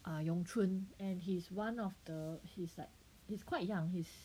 err 咏春 and he is one of the he's like he's quite young he's